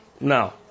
no